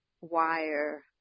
wire